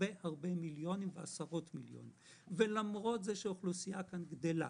הרבה כסף ולמרות זה שהאוכלוסייה כאן גדלה,